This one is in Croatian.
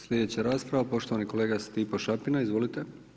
Slijedeća rasprava, poštovani kolega Stipo Šapina, izvolite.